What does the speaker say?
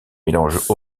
mélange